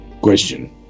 Question